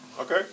Okay